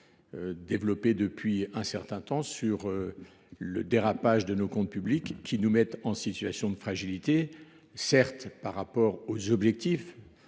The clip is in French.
développons depuis un certain temps sur le dérapage de nos comptes publics, qui nous met en situation de fragilité, et pas seulement par rapport aux objectifs